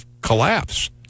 collapse